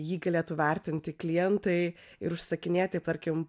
jį galėtų vertinti klientai ir užsakinėti tarkim